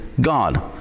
God